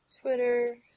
Twitter